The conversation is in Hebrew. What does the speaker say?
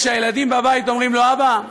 כשהילדים בבית אומרים לו: אבא,